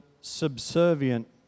subservient